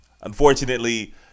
unfortunately